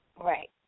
Right